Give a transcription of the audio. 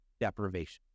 deprivation